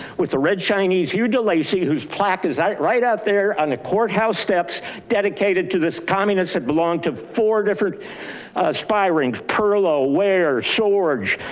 with the red chinese, hugh delacey whose plaque is right right up there on the courthouse steps dedicated to this communist that belong to four different spiring, perlo, ware, shorge,